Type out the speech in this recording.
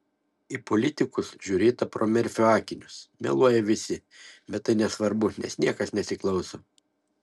į politikus žiūrėta pro merfio akinius meluoja visi bet tai nesvarbu nes niekas nesiklauso